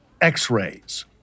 x-rays